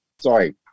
Sorry